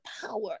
power